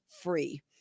free